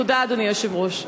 תודה, אדוני היושב-ראש.